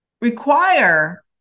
require